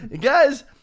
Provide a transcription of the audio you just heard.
guys